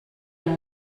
amb